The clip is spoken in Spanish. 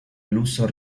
luso